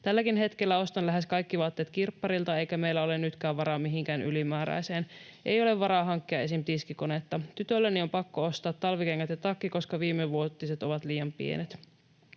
Tälläkin hetkellä ostan lähes kaikki vaatteet kirppareilta, eikä meillä ole nytkään varaa mihinkään ylimääräiseen. Ei ole varaa hankkia esim. tiskikonetta. Tytölleni on pakko ostaa talvikengät ja ‑takki, koska viimevuotiset ovat liian pienet.”